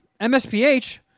MSPH